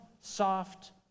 soft